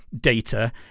data